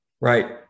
Right